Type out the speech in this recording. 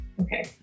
Okay